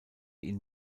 ihn